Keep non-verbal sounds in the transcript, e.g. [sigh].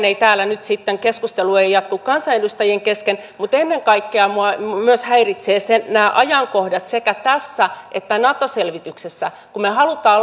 [unintelligible] ei vain että keskustelu ei jatku kansanedustajien kesken mutta ennen kaikkea minua häiritsevät nämä ajankohdat sekä tässä että nato selvityksessä kun me haluamme [unintelligible]